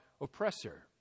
oppressor